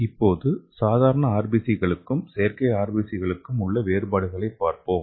இப்போது சாதாரண RBC களுக்கும் செயற்கை RBC களுக்கும் உள்ள வேறுபாடுகளைப் பார்ப்போம்